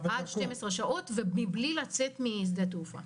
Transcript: עד 12 שעות ומבלי לצאת משדה התעופה.